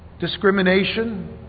discrimination